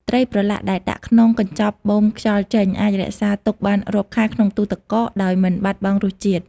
ត្រីប្រឡាក់ដែលដាក់ក្នុងកញ្ចប់បូមខ្យល់ចេញ អាចរក្សាទុកបានរាប់ខែក្នុងទូទឹកកកដោយមិនបាត់បង់រសជាតិ។